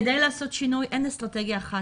כדי לעשות שינוי, אין אסטרטגיה אחת.